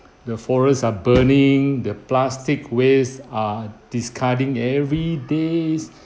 the forests are burning the plastic waste are discarding everydays